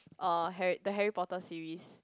uh Harry the Harry-Potter series